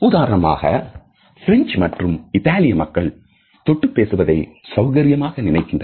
உதாரணமாக பிரஞ்ச் மற்றும் இத்தாலிய மக்கள் தொட்டுப் பேசுவதை சௌகரியமாக நினைக்கின்றனர்